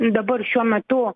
dabar šiuo metu